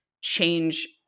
change